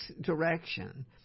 direction